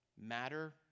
matter-